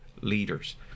leaders